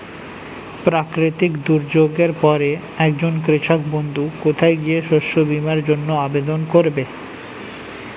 প্রাকৃতিক দুর্যোগের পরে একজন কৃষক বন্ধু কোথায় গিয়ে শস্য বীমার জন্য আবেদন করবে?